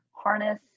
harness